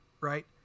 right